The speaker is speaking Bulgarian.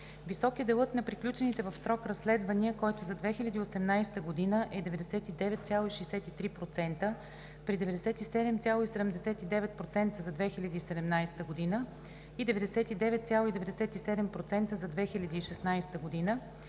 Висок е делът на приключените в срок разследвания, който за 2018 г. е 99,63%, при 97,79% за 2017 г. и 99,97% за 2016 г. и